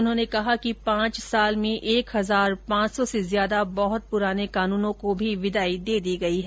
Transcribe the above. उन्होंने कहा कि पांच सोल में एक हजार पांच सौ से ज्यादा बहुत पुराने कानूनों को भी विदाई दे दी है